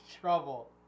trouble